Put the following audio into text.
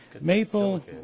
Maple